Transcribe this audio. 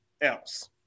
else